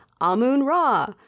Amun-Ra